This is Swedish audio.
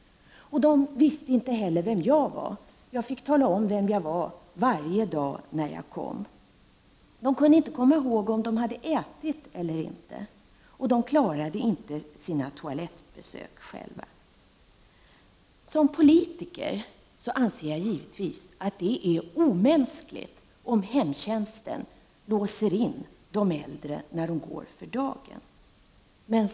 De visste inte heller vem jag var. Jag fick tala om vem jag var varje dag när jag kom. De kunde inte komma ihåg om de hade ätit eller inte, och de klarade inte sina toalettbesök själva. Som politiker anser jag givetvis att det är omänskligt när hemtjänsten låser in de äldre när de går för dagen.